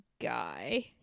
guy